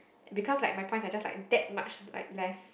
because like my points are just like that much like less